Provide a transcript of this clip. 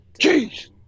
jeez